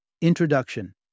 Introduction